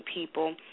people